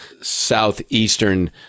southeastern